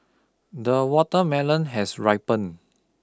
the watermelon has ripened